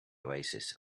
oasis